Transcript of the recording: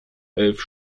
elf